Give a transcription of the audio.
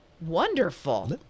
wonderful